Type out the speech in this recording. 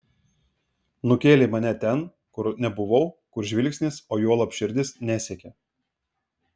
nukėlei mane ten kur nebuvau kur žvilgsnis o juolab širdis nesiekė